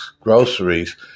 groceries